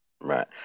right